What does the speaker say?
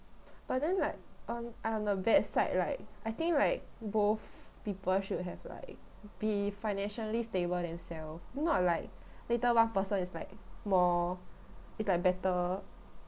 but then like um I'm on the bad side right I think like both people should have like be financially stable themselves not like later one person it's like more it's like better